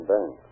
Bank